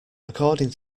according